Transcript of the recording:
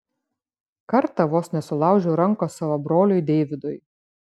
kartą vos nesulaužiau rankos savo broliui deividui